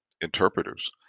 interpreters